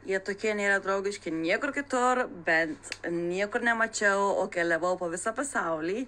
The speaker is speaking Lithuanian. jie tokie nėra draugiški niekur kitur bent niekur nemačiau o keliavau po visą pasaulį